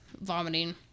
vomiting